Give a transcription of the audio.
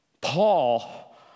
Paul